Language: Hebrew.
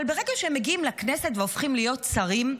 אבל ברגע שהם מגיעים לכנסת והופכים להיות שרים,